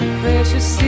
precious